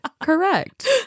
Correct